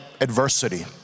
adversity